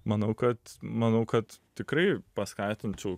manau kad manau kad tikrai paskatinčiau